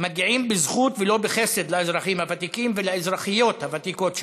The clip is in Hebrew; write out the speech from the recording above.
מגיעים בזכות ולא בחסד לאזרחים הוותיקים ולאזרחיות הוותיקות שלנו,